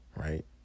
right